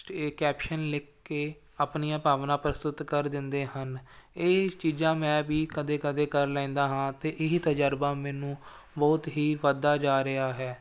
ਅਤੇ ਇਹ ਕੈਪਸ਼ਨ ਲਿਖ ਕੇ ਆਪਣੀਆਂ ਭਾਵਨਾ ਪ੍ਰਸਤੁਤ ਕਰ ਦਿੰਦੇ ਹਨ ਇਹ ਚੀਜ਼ਾਂ ਮੈਂ ਵੀ ਕਦੇ ਕਦੇ ਕਰ ਲੈਂਦਾ ਹਾਂ ਅਤੇ ਇਹੀ ਤਜਰਬਾ ਮੈਨੂੰ ਬਹੁਤ ਹੀ ਵੱਧਦਾ ਜਾ ਰਿਹਾ ਹੈ